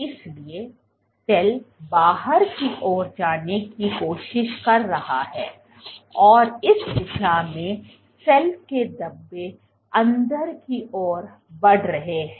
इसलिए सेल बाहर की ओर जाने की कोशिश कर रहा है और इस दिशा में सेल के धब्बे अंदर की ओर बढ़ रहे हैं